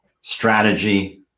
strategy